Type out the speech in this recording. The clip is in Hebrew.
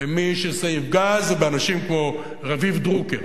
מי שזה יפגע בו זה אנשים כמו רביב דרוקר